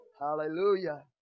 Hallelujah